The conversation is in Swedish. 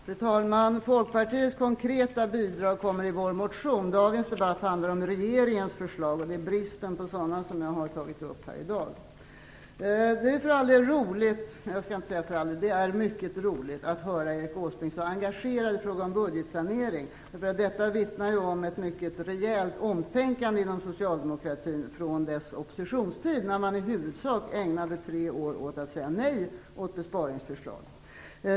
Fru talman! Folkpartiets konkreta bidrag kommer i vår motion. Dagens debatt handlar om regeringens förslag, och det är bristen på sådana som jag har tagit upp här i dag. Det är mycket roligt att höra att Erik Åsbrink är så engagerad i fråga om budgetsanering. Det vittnar ju om ett rejält omtänkande inom socialdemokratin i jämförelse med dess oppositionstid, då man i huvudsak ägnade tre år åt att säga nej till besparingsförslag.